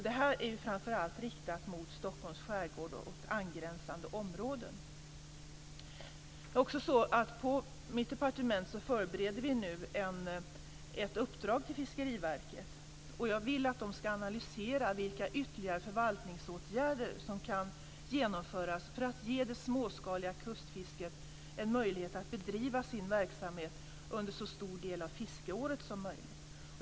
Detta är framför allt riktat mot Stockholms skärgård och angränsande områden. På mitt departement förbereder vi dessutom nu ett uppdrag till Fiskeriverket. Jag vill att man där ska analysera vilka ytterligare förvaltningsåtgärder som kan genomföras för att ge det småskaliga kustfisket möjlighet att bedriva sin verksamhet under så stor del av fiskeåret som möjligt.